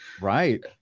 right